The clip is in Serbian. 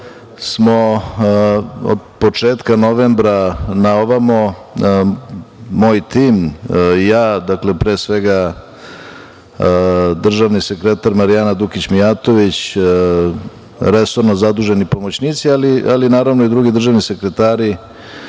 smo od početka novembra na ovamo, moj tim i ja, dakle, pre svega, državni sekretar Marijana Dukić Mijatović, resorno zaduženi pomoćnici, ali naravno, i drugi državni sekretari,